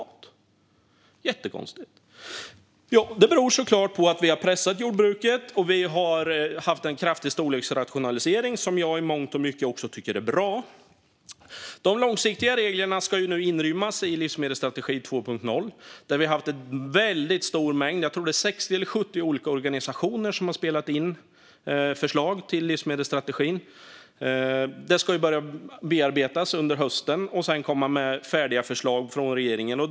Det är jättekonstigt. Det beror såklart på att vi har pressat jordbruket och haft en kraftig storleksrationalisering, som jag i mångt och mycket tycker är bra. De långsiktiga reglerna ska nu inrymmas i livsmedelsstrategin 2.0. En väldigt stor mängd organisationer - jag tror att det är 60 eller 70 stycken - har spelat in förslag till livsmedelsstrategin. Detta ska börja bearbetas under hösten, och sedan ska regeringen komma med färdiga förslag.